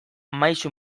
maisu